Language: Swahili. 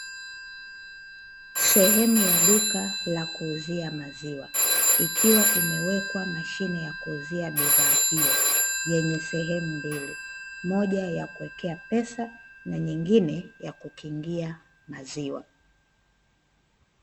Sehemu ya duka la kuuzia mazima, ikiwa imewekwa mashine yakuuzia bidhaa hiyo yenye sehemu mbili, moja ya kuwekea pesa na nyingine ya kukingia maziwa.